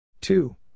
Two